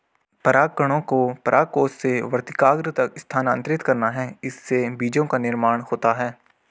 परागकणों को परागकोश से वर्तिकाग्र तक स्थानांतरित करना है, इससे बीजो का निर्माण होता है